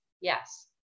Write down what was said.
yes